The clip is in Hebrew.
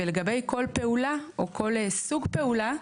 ולגבי כל פעולה או כל סוג פעולה,